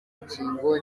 rukingo